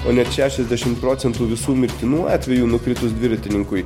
o net šešiasdešim procentų visų mirtinų atvejų nukritus dviratininkui